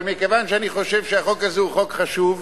אבל מכיוון שאני חושב שהחוק הזה הוא חוק חשוב,